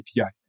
API